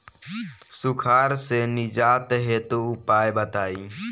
सुखार से निजात हेतु उपाय बताई?